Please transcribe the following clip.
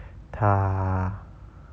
她